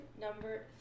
number